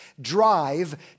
drive